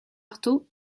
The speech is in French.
artaud